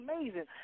amazing